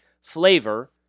flavor